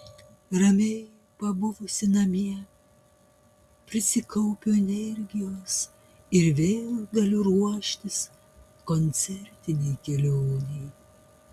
ramiai pabuvusi namie prisikaupiu energijos ir vėl galiu ruoštis koncertinei kelionei